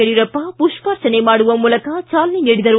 ಯಡಿಯೂರಪ್ಪ ಮಷ್ಪಾರ್ಚನೆ ಮಾಡುವ ಮೂಲಕ ಚಾಲನೆ ನೀಡಿದರು